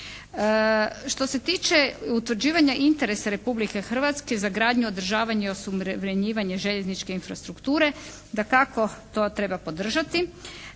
Što se tiče utvrđivanja interesa Republike Hrvatske za gradnju, održavanje i osuvremenjivanje željezničke infrastrukture dakako to treba podržati,